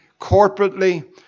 corporately